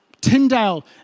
Tyndale